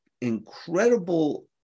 incredible